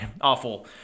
awful